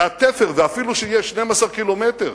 זה התפר, ואפילו שיש 12 ק"מ